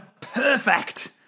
Perfect